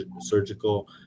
surgical